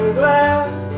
glass